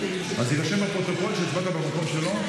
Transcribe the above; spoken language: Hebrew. אז יירשם בפרוטוקול שהצבעת במקום שלו.